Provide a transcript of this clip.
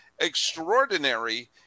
extraordinary